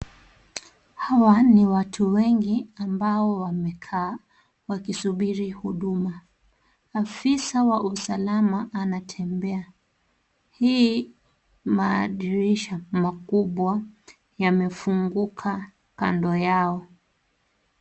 Hawa ni watu wengi ambao wamekaa wakisubiri huduma ,afisa wa usalama anatembea hii madirisha makubwa yamefunguka kando yao.